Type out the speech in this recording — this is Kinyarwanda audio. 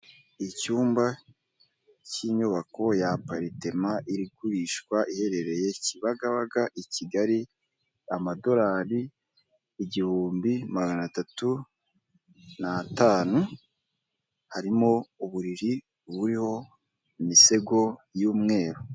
Icyumba cy'inyubako ya aparitema igurishwa, iherereye Kibagabaga, i Kigali, amadorari igihumbi, magana atatu n'atanu, harimo uburiri buriho imisego y'umweru.